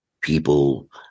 people